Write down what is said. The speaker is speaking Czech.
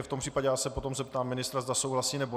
V tom případě se potom zeptám ministra, zda souhlasí, nebo ne.